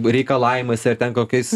reikalavimais ar ten kokiais